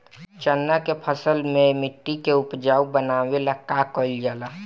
चन्ना के फसल में मिट्टी के उपजाऊ बनावे ला का कइल जाला?